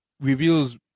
reveals